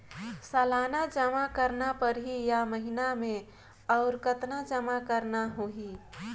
सालाना जमा करना परही या महीना मे और कतना जमा करना होहि?